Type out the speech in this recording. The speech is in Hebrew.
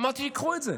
אמרתי: קחו את זה.